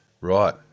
Right